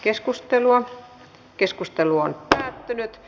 keskustelua ei syntynyt